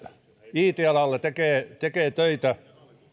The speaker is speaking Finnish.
it alalla tekee tekee töitä